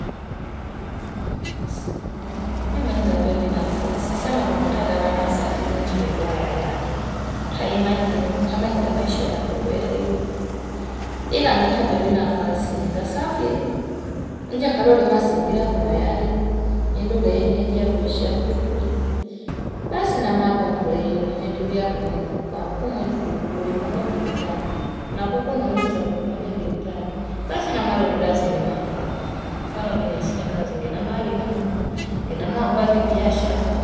Nema nengapewe nafasi sema kuna utatala na safiri nje mikoa yaya yantu taimanyile, tamanyile maisha ya kukwe uli uli ila ngeta pewe nafasi ningasafiri nje halole mazingira vino yali indu leneyeji yakuishia kutuuli basi namakwa mpweli nivyentu vyako kuwetuku kwamba kumwentutu kuli moja mbili tatu nakukunuiza kuli moja mbili tatu basi namaloli ni kazi nimafa mfano sinde kazi nama limanga inamaomba nge biyashala